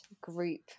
group